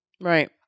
Right